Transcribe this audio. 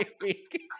week